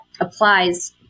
applies